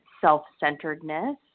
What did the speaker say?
self-centeredness